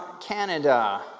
Canada